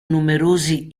numerosi